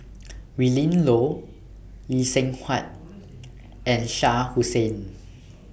Willin Low Lee Seng Huat and Shah Hussain